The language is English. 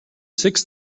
six